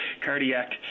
cardiac